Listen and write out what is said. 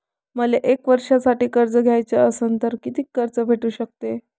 मले एक वर्षासाठी कर्ज घ्याचं असनं त कितीक कर्ज भेटू शकते?